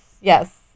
yes